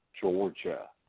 Georgia